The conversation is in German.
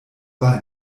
war